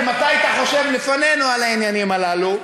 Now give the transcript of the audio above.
אם אתה היית חושב לפנינו על העניינים הללו.